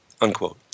unquote